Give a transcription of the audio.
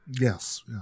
Yes